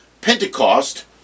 Pentecost